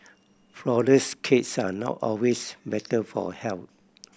flourless cakes are not always better for health